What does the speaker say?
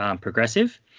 progressive